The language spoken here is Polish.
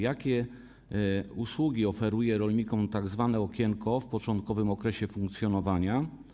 Jakie usługi oferuje rolnikom tzw. okienko w początkowym okresie funkcjonowania?